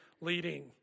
leading